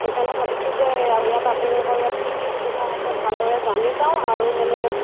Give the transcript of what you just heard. সেইকাৰণে ভাবিছোঁ যে আৰু ইয়াত আপোনালোকৰ ইয়াত কি কি সুবিধা আছে ভালদৰে জানি যাওঁ আৰু মানে